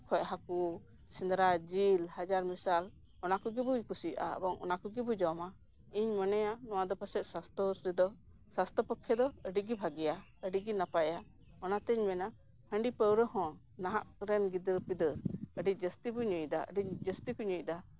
ᱠᱷᱚᱡ ᱦᱟᱹᱠᱩ ᱥᱮᱸᱫᱽᱨᱟ ᱡᱤᱞ ᱦᱟᱡᱟᱨ ᱢᱮᱥᱟᱞ ᱚᱱᱟ ᱠᱚᱜᱮ ᱵᱚ ᱠᱩᱥᱤᱭᱟᱜᱼᱟ ᱟᱵᱚ ᱮᱵᱚᱝ ᱚᱱᱟ ᱠᱚᱜᱮ ᱵᱚ ᱡᱚᱢᱟ ᱤᱧ ᱢᱚᱱᱮᱭᱟ ᱱᱚᱣᱟ ᱫᱚ ᱯᱟᱪᱮᱜ ᱥᱟᱥᱛᱷᱚ ᱯᱚᱠᱠᱷᱮ ᱫᱚ ᱟᱹᱰᱤ ᱜᱮ ᱵᱷᱟᱜᱮᱭᱟ ᱟᱹᱰᱤ ᱜᱮ ᱱᱟᱯᱟᱭᱟ ᱚᱱᱟ ᱛᱤᱧ ᱢᱮᱱᱟ ᱦᱟᱺᱰᱤ ᱯᱟᱹᱣᱨᱟᱹ ᱦᱚᱸ ᱱᱟᱦᱟᱜ ᱨᱮᱱ ᱜᱤᱫᱟᱹᱨᱼᱯᱤᱫᱟᱹᱨ ᱟᱹᱰᱤ ᱡᱟᱹᱥᱛᱤ ᱠᱚ ᱧᱩᱭᱮᱫᱟ ᱟᱹᱰᱤ ᱡᱟᱹᱥᱛᱤ ᱠᱚ ᱧᱩᱭᱮᱫᱟ